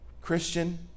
Christian